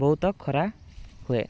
ବହୁତ ଖରା ହୁଏ